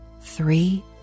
three